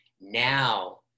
now